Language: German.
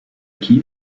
kiel